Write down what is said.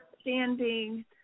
standing